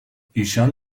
ایشان